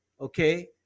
okay